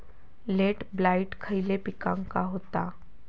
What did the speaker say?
Late blight खयले पिकांका होता?